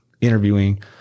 interviewing